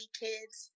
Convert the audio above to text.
kids